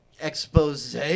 expose